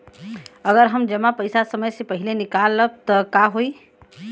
अगर हम जमा पैसा समय से पहिले निकालब त का होई?